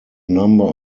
number